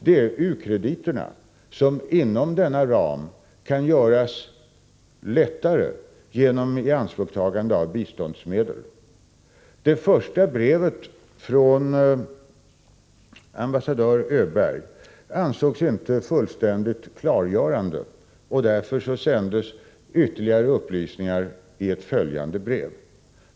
Det är u-krediterna, som inom denna ram kan göras mjukare genom ianspråktagande av biståndsmedel. Det första brevet från ambassadör Öberg ansågs inte fullständigt klargörande. Därför sändes ytterligare upplysningar i ett följande brev.